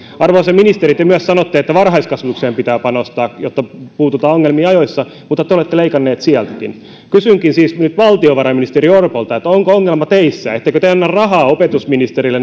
arvoisa ministeri te myös sanotte että varhaiskasvatukseen pitää panostaa jotta puututaan ongelmiin ajoissa mutta te olette leikanneet sieltäkin kysynkin siis nyt valtiovarainministeri orpolta onko ongelma teissä ettekö te anna rahaa opetusministerille